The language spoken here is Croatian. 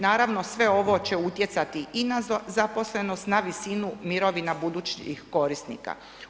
Naravno, sve ovo će utjecati i na zaposlenost, na visinu mirovina budućih korisnika.